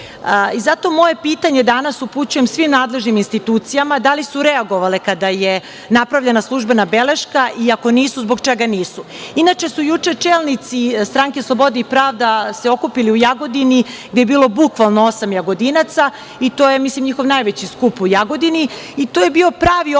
moje pitanje danas upućujem svim nadležnim institucijama - da li su reagovale kada je napravljena službena beleška i ako nisu zbog čega nisu? Inače su juče čelnici stranke Slobode i pravde se okupili u Jagodini gde je bilo bukvalno osam Jagodinaca. To je mislim njihov najveći skup u Jagodini. To je bio pravi odgovor